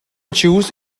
choose